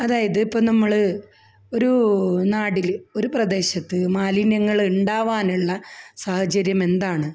അതായത് ഇപ്പോള് നമ്മള് ഒരൂ നാടില് ഒരു പ്രദേശത്ത് മാലിന്യങ്ങളുണ്ടാവാനുള്ള സാഹചര്യം എന്താണ്